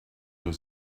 your